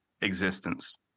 existence